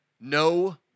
No